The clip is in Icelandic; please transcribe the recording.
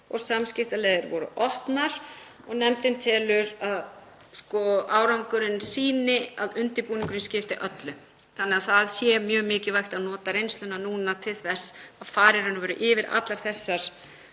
og samskiptaleiðir voru opnar. Nefndin telur að árangurinn sýni að undirbúningurinn skipti öllu og það sé mjög mikilvægt að nota reynsluna núna til þess að fara yfir allar þessar